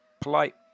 polite